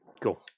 Cool